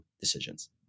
decisions